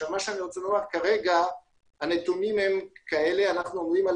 כרגע הנתונים הם שאנחנו עומדים על